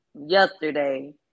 yesterday